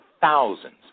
thousands